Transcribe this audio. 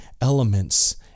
elements